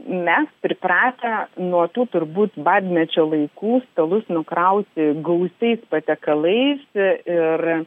mes pripratę nuo tų turbūt badmečio laikų stalus nukrauti gausiais patiekalais ir